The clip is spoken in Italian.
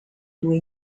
due